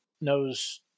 knows